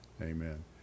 amen